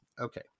Okay